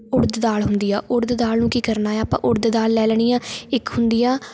ਉੜਦ ਦਾਲ ਹੁੰਦੀ ਆ ਉੜਦ ਦਾਲ ਨੂੰ ਕੀ ਕਰਨਾ ਹੈ ਆਪਾਂ ਉੜਦ ਦਾਲ ਲੈ ਲੈਣੀ ਆ ਇੱਕ ਹੁੰਦੀ ਆ